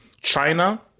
China